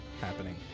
happening